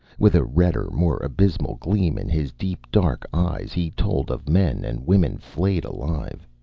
with a redder, more abysmal gleam in his deep dark eyes he told of men and women flayed alive,